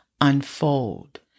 unfold